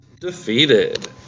defeated